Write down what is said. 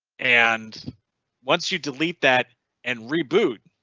and once you delete that and reboot.